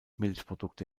milchprodukte